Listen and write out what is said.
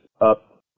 up